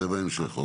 זה בהמשך.